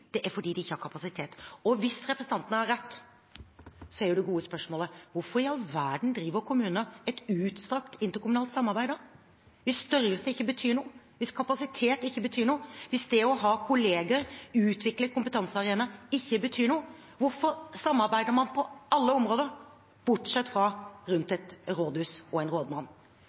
det er fordi de ikke har kapasitet. Hvis representanten har rett, er det gode spørsmålet: Hvorfor i all verden driver kommuner et utstrakt interkommunalt samarbeid hvis størrelse ikke betyr noe, hvis kapasitet ikke betyr noe, hvis det å ha kollegaer og utvikle kompetansearenaer ikke betyr noe? Hvorfor samarbeider man på alle områder bortsett fra rundt et rådhus og en rådmann?